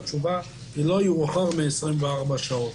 התשובה היא: לא יאוחר מ 24 שעות.